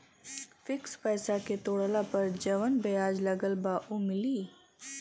Fix पैसा के तोड़ला पर जवन ब्याज लगल बा उ मिली?